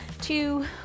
two